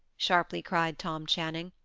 sharply cried tom channing.